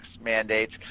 mandates